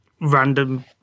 random